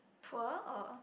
tour or